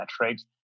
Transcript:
metrics